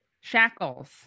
shackles